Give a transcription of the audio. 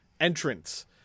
entrance